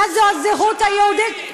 מה זו הזהות היהודית,